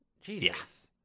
Jesus